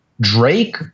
Drake